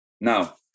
Now